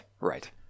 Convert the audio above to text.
right